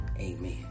amen